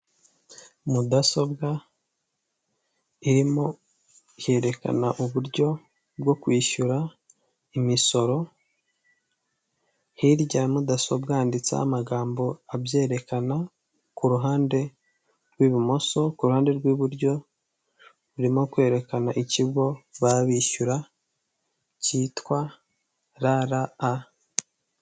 Ibi ni ibiro by'ivunjisha aho ujyana amafaranga yawe baguha agaciro kuko bakuvunjiraho niba bashaka mumanyarwanda abayajyana mu madolari urabona hari ibiro byinshi bifite imiryango iriho umuhondo n'icyatsi bakwereka aho bya ayo madirishya y'umuhondo niho umuntu ahagarara bakamuvungira.